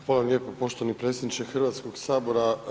Hvala lijepo poštovani predsjedniče Hrvatskog sabora.